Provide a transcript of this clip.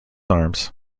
arms